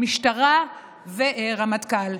משטרה ורמטכ"ל.